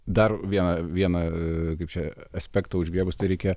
dar vieną vieną kaip čia aspektą užgriebus tai reikia